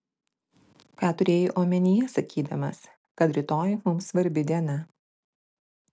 ką turėjai omenyje sakydamas kad rytoj mums svarbi diena